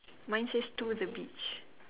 mine says two is the beach